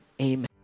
amen